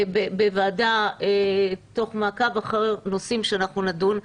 בוועדה תוך מעקב אחר נושאים שאנחנו נדון בהם.